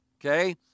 Okay